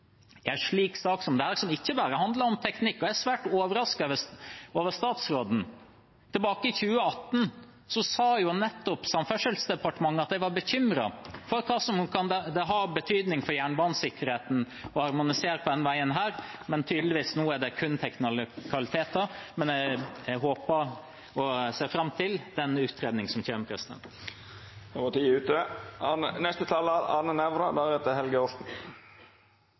sak som denne handler ikke bare om teknikk, og jeg er svært overrasket over statsråden. Tilbake i 2018 sa nettopp Samferdselsdepartementet at de var bekymret for hva det kan ha av betydning for jernbanesikkerheten å harmonisere på denne veien, men nå er det tydeligvis kun teknikaliteter. Jeg håper på og ser fram til den utredningen som